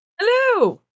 Hello